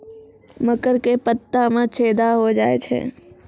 मकर के पत्ता मां छेदा हो जाए छै?